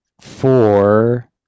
four